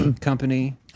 company